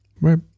Right